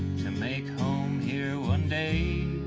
to make home here one day